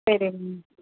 சரிங்க மேம்